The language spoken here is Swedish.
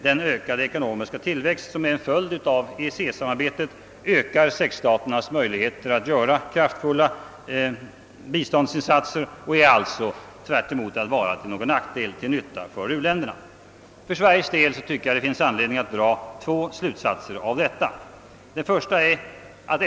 Den ökade ekonomiska tillväxt som är en följd av EEC-samarbetet ökar sexstaternas möjligheter att göra kraftfulla biståndsinsatser och är alltså — tvärt emot att vara till någon nackdel — till nytta för u-länderna. För Sveriges del tycker jag att det finns anledning dra två slutsatser av detta. 1.